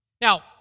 Now